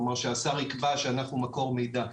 כלומר שהשר יקבע שאנחנו מקור מידע.